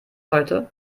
heute